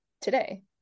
today